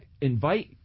invite